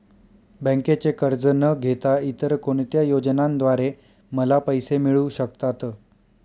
बँकेचे कर्ज न घेता इतर कोणत्या योजनांद्वारे मला पैसे मिळू शकतात?